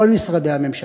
כל משרדי הממשלה,